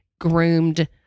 groomed